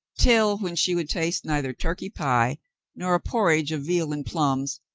till, when she would taste neither turkey pie nor a porridge of veal and plums,